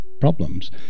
problems